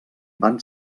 van